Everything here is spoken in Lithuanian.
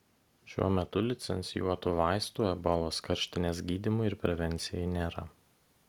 šiuo metu licencijuotų vaistų ebolos karštinės gydymui ir prevencijai nėra